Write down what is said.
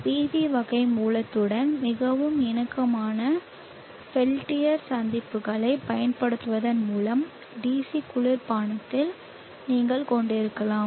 PV வகை மூலத்துடன் மிகவும் இணக்கமான பெல்டியர் சந்திப்புகளைப் பயன்படுத்துவதன் மூலம் DC குளிர்பதனத்தையும் நீங்கள் கொண்டிருக்கலாம்